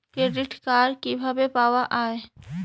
Credit card কিভাবে পাওয়া য়ায়?